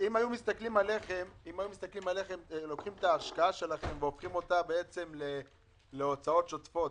אם היו לוקחים את ההשקעה שלכם והופכים אותה להוצאות שוטפות,